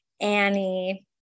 Annie